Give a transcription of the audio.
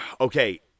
Okay